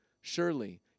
Surely